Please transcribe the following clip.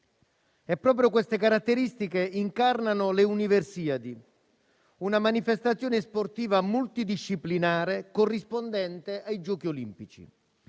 Proprio queste caratteristiche incarnano le Universiadi, una manifestazione sportiva multidisciplinare corrispondente ai Giochi olimpici,